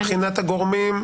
מבחינת הגורמים?